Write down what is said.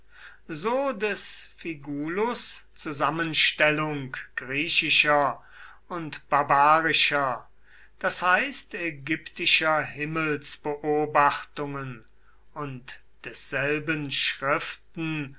so des figulus zusammenstellung griechischer und barbarischer d h ägyptischer himmelsbeobachtungen und desselben schriften